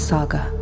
Saga